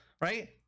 right